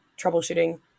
troubleshooting